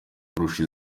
kurusha